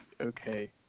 okay